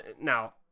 Now